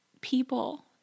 people